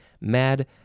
mad